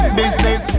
business